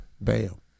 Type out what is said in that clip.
Bam